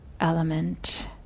element